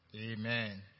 Amen